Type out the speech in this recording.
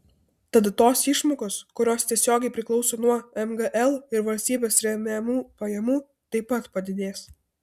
tad tos išmokos kurios tiesiogiai priklauso nuo mgl ir valstybės remiamų pajamų taip pat padidės